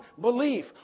belief